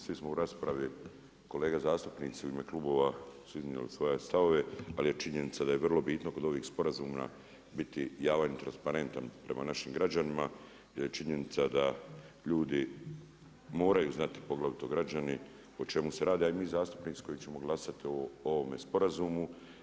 Svi smo u raspravi kolege zastupnici u ime klubova su iznijeli svoje stavove, ali je činjenica da je vrlo bitno kod ovih sporazuma biti javan i transparentan prema našim građanima jer ljudi moraju znati poglavito građani o čemu se radi, a i mi zastupnici koji ćemo glasati o ovome sporazumu.